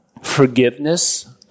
forgiveness